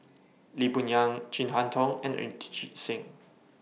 Lee Boon Yang Chin Harn Tong and Inderjit Singh